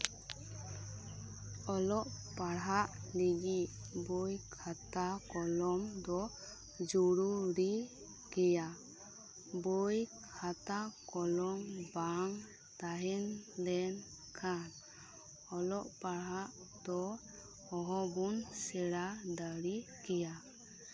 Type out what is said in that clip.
ᱚᱞᱚᱜ ᱯᱟᱲᱦᱟᱜ ᱞᱟᱹᱜᱤᱫ ᱵᱳᱭ ᱠᱷᱟᱛᱟ ᱠᱚᱞᱚᱢ ᱫᱚ ᱡᱩᱨᱩᱲᱤ ᱜᱮᱭᱟ ᱵᱳᱭ ᱠᱷᱟᱛᱟ ᱠᱚᱞᱚᱢ ᱵᱟᱝ ᱛᱟᱦᱮᱸ ᱞᱮᱱᱠᱷᱟᱱ ᱚᱞᱚᱜ ᱯᱟᱲᱦᱟᱜ ᱫᱚ ᱚᱦᱚᱵᱚᱱ ᱥᱮᱬᱟ ᱫᱟᱲᱮ ᱠᱮᱭᱟ